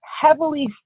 heavily